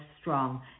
strong